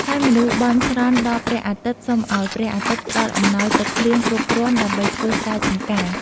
ហើយមនុស្សបន់ស្រន់ដល់ព្រះអាទិត្យសុំឱ្យព្រះអាទិត្យផ្តល់អំណោយទឹកភ្លៀងគ្រប់គ្រាន់ដើម្បីធ្វើស្រែចម្ការ។